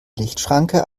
lichtschranke